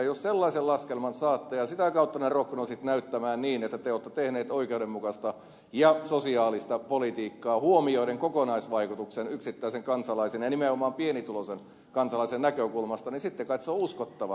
jos sellaisen laskelman saatte ja sitä kautta ne roknoosit näyttämään niin että te olette tehneet oikeudenmukaista ja sosiaalista politiikkaa huomioiden kokonaisvaikutuksen yksittäisen kansalaisen ja nimenomaan pienituloisen kansalaisen näkökulmasta niin sitten kait se on uskottava